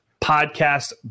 Podcast